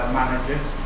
managers